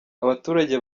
abaturage